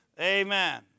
Amen